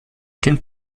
den